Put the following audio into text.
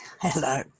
Hello